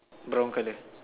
brown colour